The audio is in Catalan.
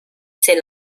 ser